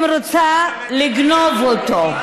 בעצם רוצה לגנוב אותו.